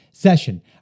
Session